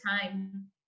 time